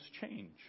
change